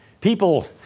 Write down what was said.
People